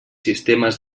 sistemes